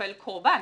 נופל קורבן